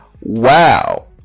wow